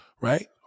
right